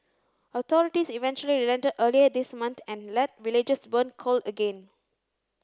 authorities eventually relented earlier this month and let villagers burn coal again